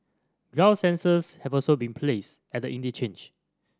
ground sensors have also been placed at the interchange